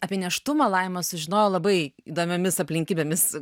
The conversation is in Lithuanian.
apie nėštumą laima sužinojo labai įdomiomis aplinkybėmis